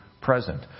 present